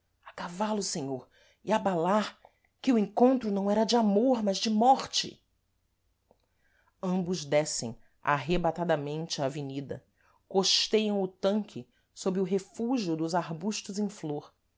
a cavalo senhor e abalar que o encontro não era de amor mas de morte ambos descem arrebatadamente a avenida costeiam o tanque sob o refúgio dos arbustos em flor